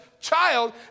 child